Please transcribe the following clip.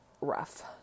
rough